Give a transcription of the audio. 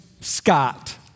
Scott